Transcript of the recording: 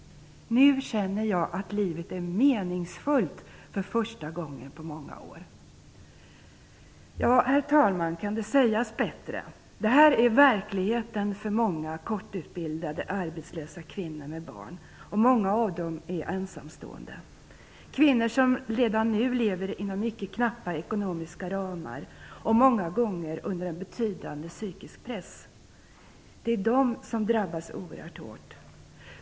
Nu känner jag att livet är meningsfullt för första gången på många år. Ja, herr talman, kan det sägas bättre? Detta är verkligheten för många kortidsutbildade arbetslösa kvinnor med barn. Många av dem är ensamstående. Det är kvinnor som redan nu lever inom mycket knappa ekonomiska ramar och många gånger under en betydande psykisk press. De drabbas oerhört hårt.